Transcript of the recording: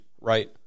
right